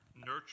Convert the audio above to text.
Nurture